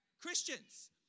Christians